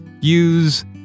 Use